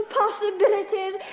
possibilities